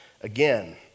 again